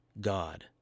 God